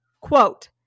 quote